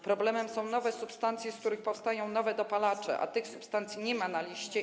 Problemem są nowe substancje, z których powstają nowe dopalacze, a tych substancji nie ma na liście.